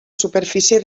superfície